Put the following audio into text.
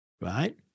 right